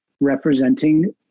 representing